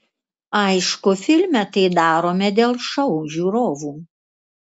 aišku filme tai darome dėl šou žiūrovų